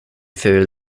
ful